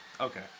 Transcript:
Okay